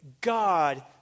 God